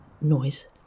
noise